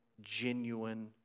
genuine